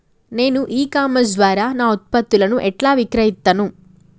నేను e commerce ద్వారా నా ఉత్పత్తులను ఎట్లా విక్రయిత్తను?